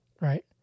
right